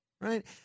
right